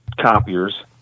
copiers